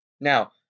Now